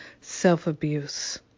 self-abuse